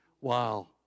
Wow